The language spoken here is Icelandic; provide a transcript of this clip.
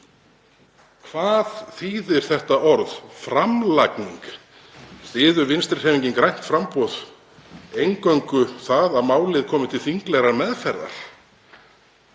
Hvað þýðir þetta orð, framlagning? Styður Vinstrihreyfingin – grænt framboð eingöngu það að málið komi til þinglegrar meðferðar?